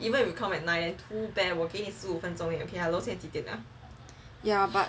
ya but